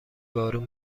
بارون